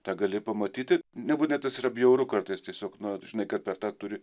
tą gali pamatyti nebūtinai tas yra bjauru kartais tiesiog na žinai kad per tą turi